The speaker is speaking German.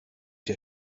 der